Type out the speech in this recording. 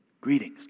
Greetings